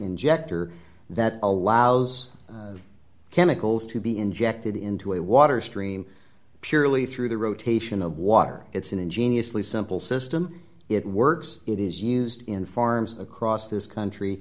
injector that allows chemicals to be injected into a water stream purely through the rotation of water it's an ingeniously simple system it works it is used in farms across this country